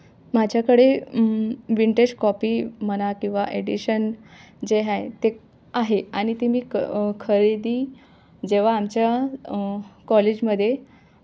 माझ्याकडे vintage copy म्हणा किंवा एडिशन जे आहे ते आहे आणि ती मी क खरेदी जेव्हा आमच्या कॉलेजमध्ये